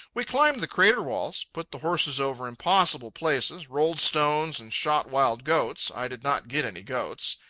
we climbed the crater-walls, put the horses over impossible places, rolled stones, and shot wild goats. i did not get any goats.